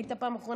היית פעם בכלא?